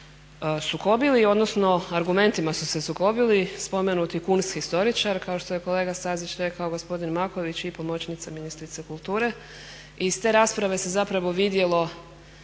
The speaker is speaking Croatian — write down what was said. sukobili, odnosno argumentima su se sukobili spomenuti …/Govornica se ne razumije./… kao što je kolega Stazić rekao gospodin Maković i pomoćnica ministrice kulture. Iz te rasprave se zapravo vidjelo